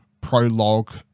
prologue